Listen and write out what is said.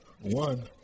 One